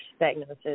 diagnosis